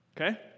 Okay